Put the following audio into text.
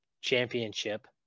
championship